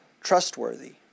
trustworthy